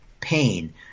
pain